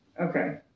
Okay